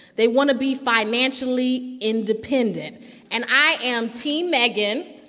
they want to be financially independent and i am team meghan,